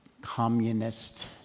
communist